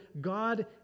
God